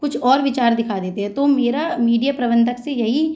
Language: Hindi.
कुछ और विचार दिखा देते हैं तो मेरा मीडिया प्रबंधक से यही